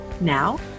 Now